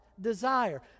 desire